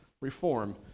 reform